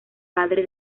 padre